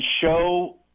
show